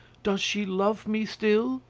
does she love me still?